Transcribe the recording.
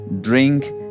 drink